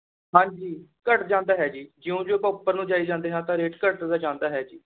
ਹਾਂਜੀ ਘੱਟ ਜਾਂਦਾ ਹੈ ਜੀ ਜਿਉਂ ਜਿਉਂ ਆਪਾਂ ਉੱਪਰ ਨੂੰ ਜਾਈ ਜਾਂਦੇ ਹਾਂ ਤਾਂ ਰੇਟ ਘੱਟਦਾ ਜਾਂਦਾ ਹੈ ਜੀ